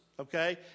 Okay